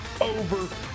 over